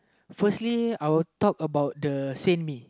firstly I would talk about the same me